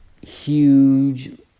huge